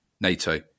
NATO